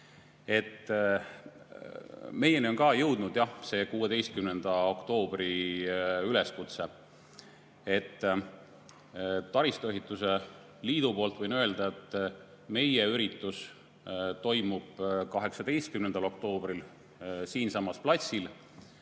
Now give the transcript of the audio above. Meieni on ka jõudnud jah see 16. oktoobri üleskutse. Taristuehituse liidu poolt võin öelda, et meie oma üritus toimub 18. oktoobril siinsamas platsil.